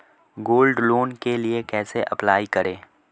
Gold loan के लिए कैसे अप्लाई करें?